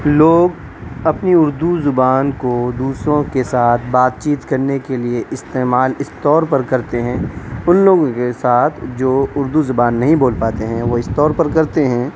لوگ اپنی اردو زبان کو دوسروں کے ساتھ بات چیت کرنے کے لیے استعمال اس طور پر کرتے ہیں ان لوگوں کے ساتھ جو اردو زبان نہیں بول پاتے ہیں وہ اس طور پر کرتے ہیں